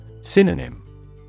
Synonym